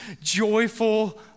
joyful